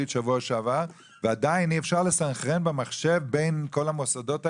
שבוע שעבר ועדיין אי אפשר לסנכרן במחשב בין כל המוסדות האלה?